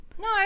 no